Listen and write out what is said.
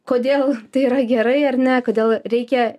kodėl tai yra gerai ar ne kodėl reikia